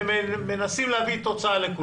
ומנסים להביא תוצאה לכולם.